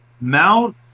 Mount